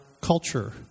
culture